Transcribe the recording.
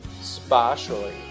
spatially